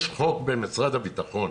יש חוק במשרד הביטחון,